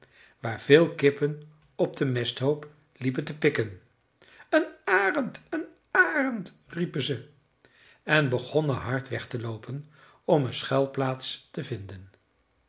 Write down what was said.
waar veel kippen op den mesthoop liepen te pikken een arend een arend riepen ze en begonnen hard weg te loopen om een schuilplaats te vinden